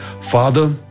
Father